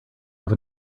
have